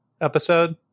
episode